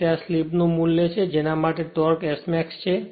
તેથી આ સ્લિપનું મૂલ્ય છે જેના માટે ટોર્ક Smax છે